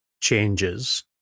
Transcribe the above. changes